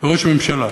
ראש ממשלה.